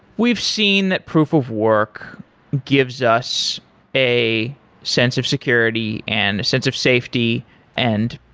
we've seen that proof of work gives us a sense of security, and a sense of safety and,